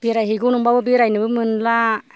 बेरायहैगौ नंबाबो बेरायहैनो मोनला